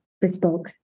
bespoke